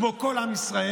כמו כל עם ישראל,